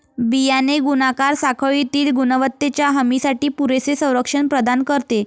बियाणे गुणाकार साखळीतील गुणवत्तेच्या हमीसाठी पुरेसे संरक्षण प्रदान करते